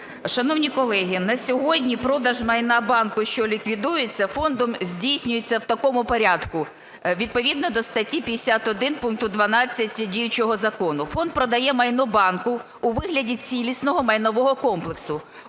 Шановні колеги, на сьогодні продаж майна банку, що ліквідується, фондом здійснюється в такому порядку. Відповідно до статті 51 пункту 12 діючого закону фонд продає майно банку у вигляді цілісного майнового комплексу.